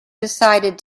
decided